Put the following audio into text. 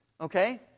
okay